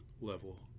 level